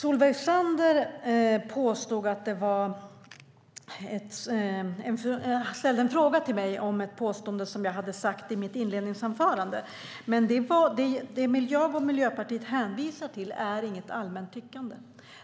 Herr talman! Solveig Zander ställde en fråga till mig om ett påstående som jag hade gjort i mitt inledningsanförande. Det jag och Miljöpartiet hänvisar till är inget allmänt tyckande.